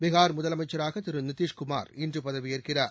பீகா் முதலமைச்சராகதிருநிதீஷ்குமார் இன்றுபதவியேற்கிறார்